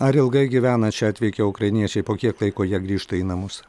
ar ilgai gyvena čia atvykę ukrainiečiai po kiek laiko jie grįžta į namus